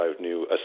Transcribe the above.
new